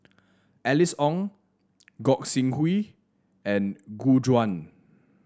Alice Ong Gog Sing Hooi and Gu Juan